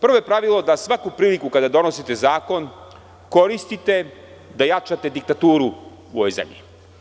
Prvo pravilo je da svaku priliku kada donosite zakon koristite da jačate diktaturu u ovoj zemlji.